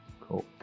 Cool